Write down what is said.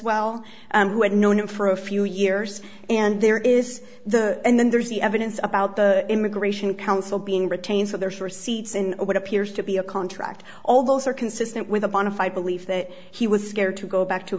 well who had known him for a few years and there is the and then there's the evidence about the immigration counsel being retained so therefore seats in what appears to be a contract all those are consistent with a bonafide belief that he was scared to go back to